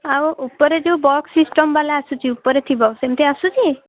ଆଉ ଉପରେ ଯେଉଁ ବକ୍ସ ସିଷ୍ଟମ୍ ବାଲା ଆସୁଛି ଉପରେ ଥିବ ସେମିତିଆ ଆସୁଛି